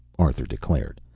arthur declared.